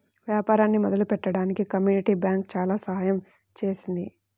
వ్యాపారాన్ని మొదలుపెట్టడానికి community bank చాలా సహాయం చేసింది